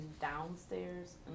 downstairs